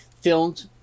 filmed